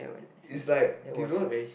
it's like you know